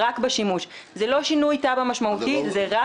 זה לא